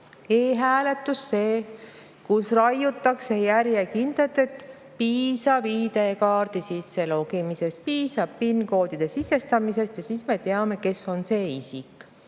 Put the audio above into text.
e‑hääletus see, mille puhul raiutakse järjekindlalt, et piisab ID‑kaardiga sisselogimisest ja PIN‑koodide sisestamisest, ja siis me teame, kes on see isik.